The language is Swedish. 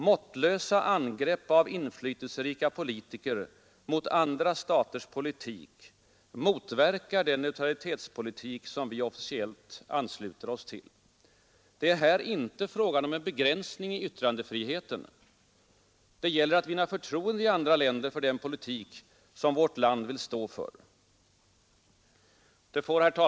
Måttlösa angrepp av inflytelserika politiker mot andra staters politik motverkar den neutralitetspolitik som vi officiellt ansluter oss till. ——— Det är inte fråga om begränsning i yttrandefriheten, det gäller att vinna förtroende i andra länder för den politik som vårt land vill stå för.” Herr talman!